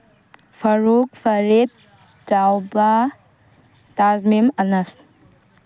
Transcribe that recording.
ꯐꯔꯨꯛ ꯐꯔꯤꯠ ꯆꯥꯎꯕ ꯇꯥꯖꯃꯤꯝ ꯑꯅꯁ